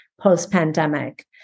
post-pandemic